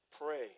Pray